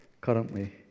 currently